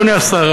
אדוני השר,